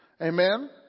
Amen